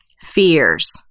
fears